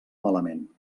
malament